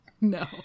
No